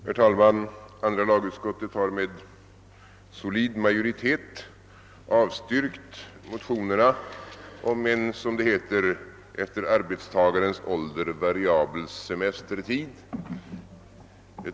Herr talman! Andra lagutskottet har med solid majoritet avstyrkt motionerna om en, som det heter, efter arbetstagarens ålder variabel semestertid.